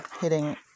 hitting